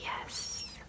Yes